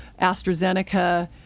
AstraZeneca